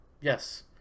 Yes